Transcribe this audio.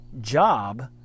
job